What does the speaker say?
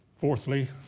Fourthly